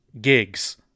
gigs